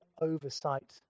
oversight